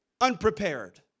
unprepared